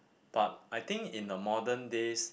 but I think in the modern days